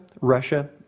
Russia